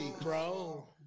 bro